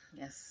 yes